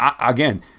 again